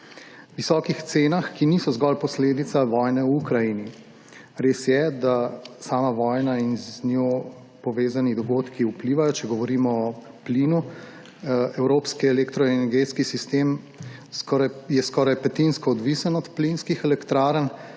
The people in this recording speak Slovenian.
Visoke cena niso zgolj posledica vojne v Ukrajini − res je, da sama vojna in z njo povezani dogodki vplivajo, če govorimo o plinu, evropski elektroenergetski sistem je skoraj petinsko odvisen od plinskih elektrarn,